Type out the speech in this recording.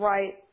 Right